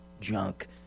junk